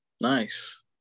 Nice